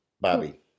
Bobby